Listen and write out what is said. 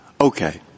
Okay